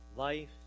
Life